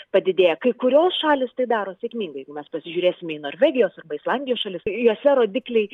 padidėja kai kurios šalys tai daro sėkmingai mes pasižiūrėsime į norvegijos arba islandijos šalis jose rodikliai